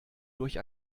durch